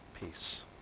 peace